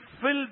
filled